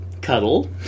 cuddle